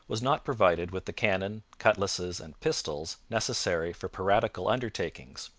was not provided with the cannon, cutlasses, and pistols necessary for piratical undertakings,